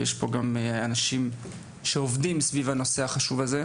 יש איתנו פה אנשים שעובדים סביב הנושא החשוב הזה.